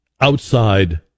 outside